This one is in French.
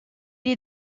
est